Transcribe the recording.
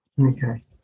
Okay